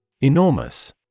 Enormous